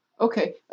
okay